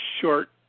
short